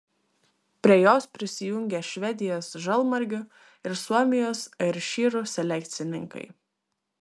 prie jos prisijungė švedijos žalmargių ir suomijos airšyrų selekcininkai